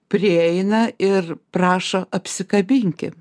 prieina ir prašo apsikabinkim